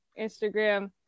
Instagram